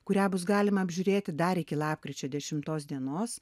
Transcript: kurią bus galima apžiūrėti dar iki lapkričio dešimtos dienos